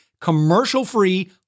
commercial-free